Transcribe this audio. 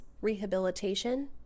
rehabilitation